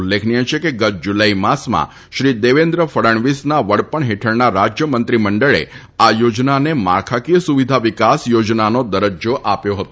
ઉલ્લેખનિય છે કે ગત જુલાઈ માસમાં શ્રી દેવેન્દ્ર ફડણવીસના વડપણ હેઠળના રાજ્યમંત્રી મંડળે આ યોજનાને માળખાકીય સુવિધા વિકાસ યોજનાનો દરજ્જો આપ્યો હતો